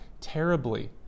terribly